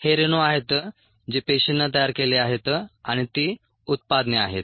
हे रेणू आहेत जे पेशींनी तयार केले आहेत आणि ती उत्पादने आहेत